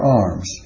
arms